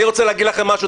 אני רוצה להגיד לכם משהו,